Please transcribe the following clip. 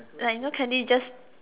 like you know candy just